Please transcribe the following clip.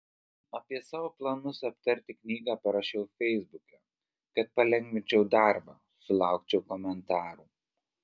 apie savo planus aptarti knygą parašiau feisbuke kad palengvinčiau darbą sulaukčiau komentarų